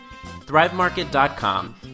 Thrivemarket.com